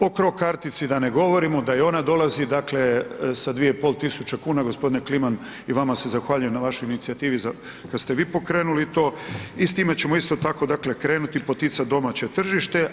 O Cro kartici da ne govorimo da i ona dolazi, dakle sa 2,5 tisuće kuna gospodine Kliman i vama se zahvaljujem na vašoj inicijativi da ste vi pokrenuli to i s time ćemo isto tako krenuti poticati domaće tržište.